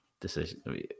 decision